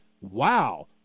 wow